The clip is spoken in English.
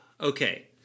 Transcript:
Okay